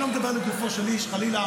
אני לא מדבר לגופו של איש חלילה,